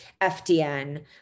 FDN